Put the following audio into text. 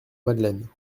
madeleine